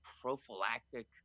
prophylactic